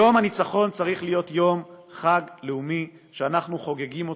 יום הניצחון צריך להיות יום חג לאומי שאנחנו חוגגים,